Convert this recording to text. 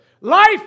Life